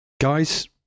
Guys